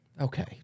Okay